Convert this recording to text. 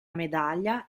medaglia